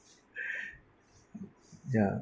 ya